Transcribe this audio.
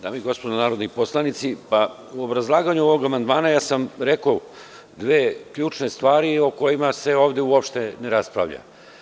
Dame i gospodo narodni poslanici, u obrazlaganju ovog amandmana ja sam rekao dve ključne stvari o kojima se ovde uopšte ne raspravlja.